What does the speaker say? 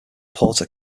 porter